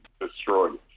destroyed